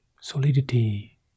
solidity